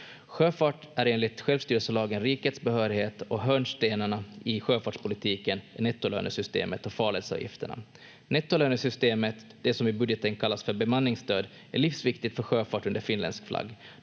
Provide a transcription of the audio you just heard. Sjöfart är enligt självstyrelselagen rikets behörighet, och hörnstenarna i sjöfartspolitiken är nettolönesystemet och farledsavgifterna. Nettolönesystemet, det som i budgeten kallas för bemanningsstöd, är livsviktigt för sjöfart under finländsk flagg.